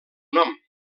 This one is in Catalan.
nom